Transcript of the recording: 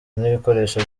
n’ibikoresho